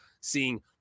seeing